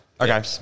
Okay